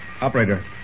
Operator